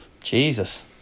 Jesus